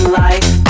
life